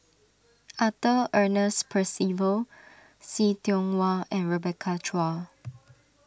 Arthur Ernest Percival See Tiong Wah and Rebecca Chua